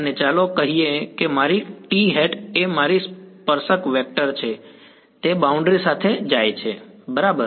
અને ચાલો કહીએ કે મારી t હેટ એ મારી સ્પર્શક વેક્ટર છે તે બાઉન્ડ્રી સાથે જાય છે બરાબર